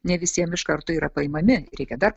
ne visiem iš karto yra paimami reikia dar